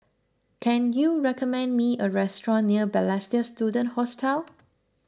can you recommend me a restaurant near Balestier Student Hostel